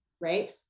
right